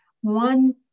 one